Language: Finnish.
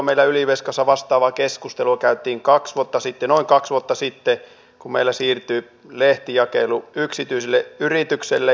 meillä ylivieskassa vastaavaa keskustelua käytiin noin kaksi vuotta sitten kun meillä siirtyi lehdenjakelu yksityiselle yritykselle